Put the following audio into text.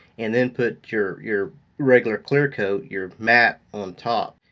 and then put your your regular clearcoat, your matte, on top.